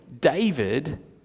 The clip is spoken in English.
David